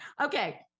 Okay